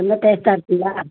ரொம்ப டேஸ்டாக இருக்குங்களா